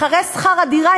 אחרי שכר הדירה,